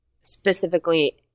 specifically